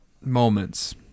moments